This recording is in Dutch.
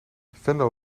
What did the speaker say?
venlo